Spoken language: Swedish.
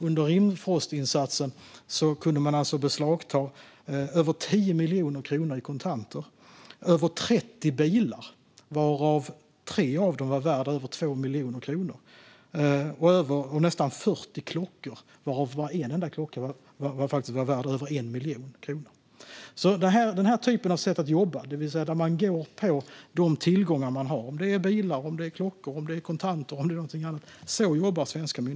Under Operation Rimfrost kunde man beslagta över 10 miljoner kronor i kontanter, över 30 bilar, där tre av dem var värda över 2 miljoner kronor, och nästan 40 klockor, där bara en enda klocka faktiskt var värd över 1 miljon kronor. Det är på detta sätt som svenska myndigheter jobbar, det vill säga att man går på de tillgångar som de gängkriminella har - bilar, klockor, kontanter och annat.